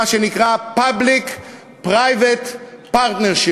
של מה שנקרא Public-Private Partnership,